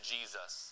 Jesus